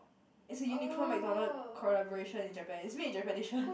there's a Uniqlo McDonalds collaboration in Japan it's made in Japanese one